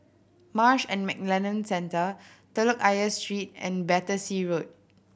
Marsh and McLennan Centre Telok Ayer Street and Battersea Road